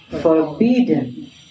forbidden